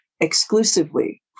exclusively